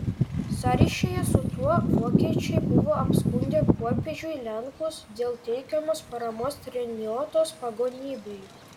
sąryšyje su tuo vokiečiai buvo apskundę popiežiui lenkus dėl teikiamos paramos treniotos pagonybei